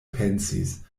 pensis